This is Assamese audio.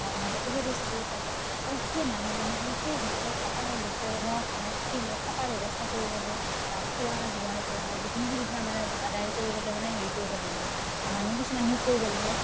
মালিকে সেই পইচাটোও পাব আৰু সেই মালিকজনে আৰু সেই হোটেলত থকা লোককেইজনক মানে থাকিব থকাৰ ব্যৱস্থা কৰিবলে বা খোৱাৰ লোৱাৰ পৰা যিকোনো সুবিধা মানে আদায় কৰিবলে মানে হেৰি কৰিব লাগিব মানুহ কিছুমান নিয়োগ কৰিব লাগিব